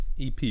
EP